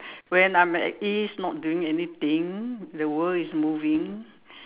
when I'm at ease not doing anything the world is moving